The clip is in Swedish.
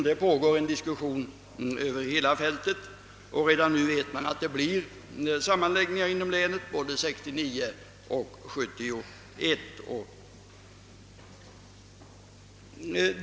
Det pågår en diskussion över hela fältet, och redan nu vet man att det blir sammanläggningar inom länet både 1969 och 1971.